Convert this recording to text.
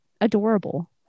adorable